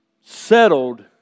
settled